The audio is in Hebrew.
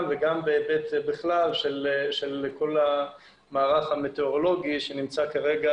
וגם בהיבט בכלל של כל המערך המטאורולוגי שנמצא כרגע,